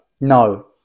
No